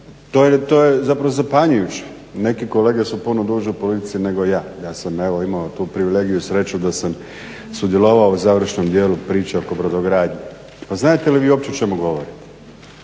to je zapravo zapanjujuće. Neki kolege su puno duže u politici nego ja, ja sam evo imao tu privilegiju i sreću da sam sudjelovao u završnom dijelu priče oko brodogradnje. Pa znadete li vi uopće o čemu govorim?